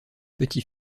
petit